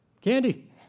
candy